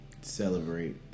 celebrate